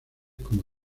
como